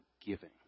giving